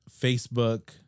Facebook